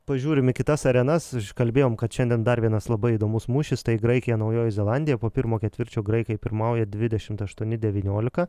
pažiūrim į kitas arenas kalbėjom kad šiandien dar vienas labai įdomus mūšis tai graikija naujoji zelandija po pirmo ketvirčio graikai pirmauja dvidešim aštuoni devyniolika